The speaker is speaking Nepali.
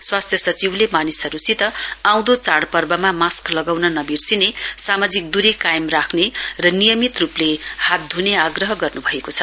स्वास्थ्य सचिवले मानिसहरूसित आउँदो चाडपर्वमा मास्क लगाउन् नबिर्सिन सामाजिक द्री कायम राख्ने र नियमित रूपले हात धुने आग्रह गर्नु भएको छ